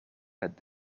had